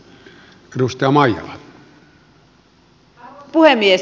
arvoisa puhemies